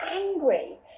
angry